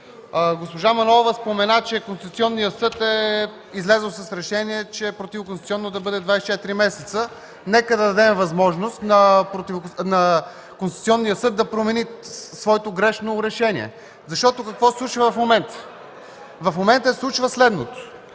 Госпожа Манолова спомена, че Конституционният съд е излязъл с решение, че е противоконституционно да бъде 24 месеца. Нека да дадем възможност на Конституционния съд да промени своето грешно решение, защото господстваше в момента. В момента се случва следното.